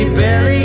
barely